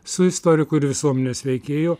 su istoriku ir visuomenės veikėju